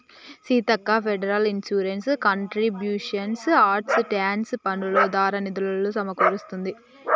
Seethakka federal insurance contributions act tax పన్నులు దారా నిధులులు సమకూరుస్తుంది